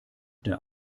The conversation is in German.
der